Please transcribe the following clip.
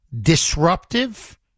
disruptive